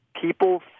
People